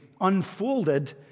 unfolded